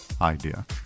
idea